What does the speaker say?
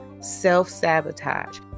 self-sabotage